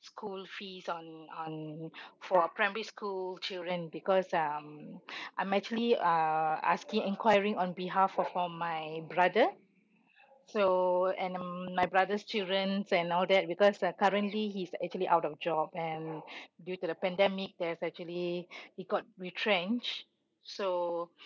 school fees on on for uh primary school children because um I'm actually uh asking inquiring on behalf of my brother so and um my brother's childrens and all that because uh currently he's actually out of job and due to the pandemic there's actually he got retrench so